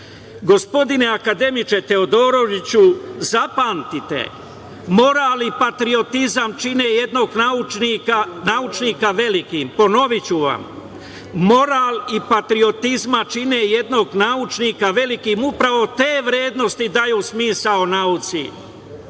sam. Gospodine akademiče Teodoroviću, zapamtite moral i patriotizam čine jednog naučnika velikim, ponoviću vam, moral i patriotizam čine jednog naučnika velikim, upravo te vrednosti daju smisao nauci.